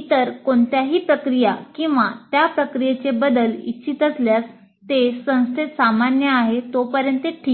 इतर कोणत्याही प्रक्रिया किंवा त्या प्रक्रियेचे बदल इच्छित असल्यास ते संस्थेत सामान्य आहे तोपर्यंत ते ठीक असते